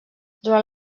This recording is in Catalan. durant